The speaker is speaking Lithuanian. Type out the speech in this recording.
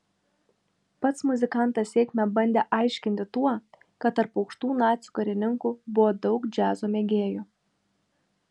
pats muzikantas sėkmę bandė aiškinti tuo kad tarp aukštų nacių karininkų buvo daug džiazo mėgėjų